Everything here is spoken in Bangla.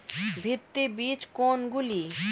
ভিত্তি বীজ কোনগুলি?